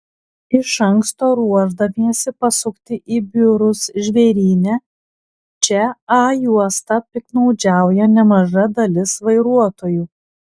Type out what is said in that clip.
iš anksto ruošdamiesi pasukti į biurus žvėryne čia a juosta piktnaudžiauja nemaža dalis vairuotojų